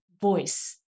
voice